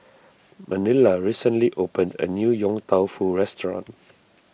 Manilla recently opened a new Yong Tau Foo restaurant